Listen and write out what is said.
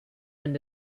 and